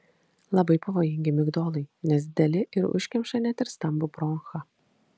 labai pavojingi migdolai nes dideli ir užkemša net ir stambų bronchą